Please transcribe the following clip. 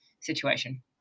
situation